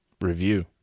Review